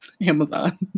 Amazon